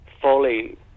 fully